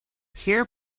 here